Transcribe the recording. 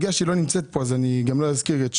בגלל שהיא לא נמצאת פה אז אני גם לא אזכיר את שמה.